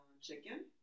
Chicken